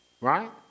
Right